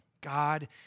God